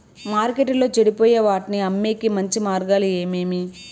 మార్కెట్టులో చెడిపోయే వాటిని అమ్మేకి మంచి మార్గాలు ఏమేమి